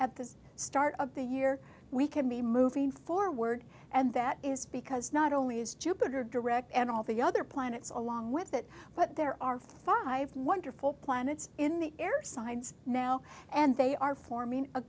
at the start of the year we can be moving forward and that is because not only is jupiter direct and all the other planets along with that but there are five wonderful planets in the air sides now and they are forming a